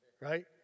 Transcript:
Right